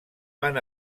van